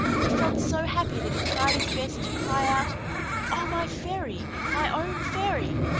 he felt so happy that he tried his best to cry out oh, my fairy! my own fairy!